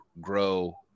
grow